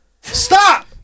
Stop